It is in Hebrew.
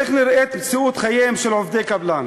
איך נראית מציאות חייהם של עובדי קבלן?